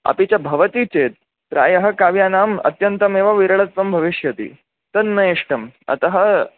अपि च भवति चेत् प्रायः काव्यानां अत्यन्तमेव विरळत्त्वं भविष्यति तन्नेष्टम् अतः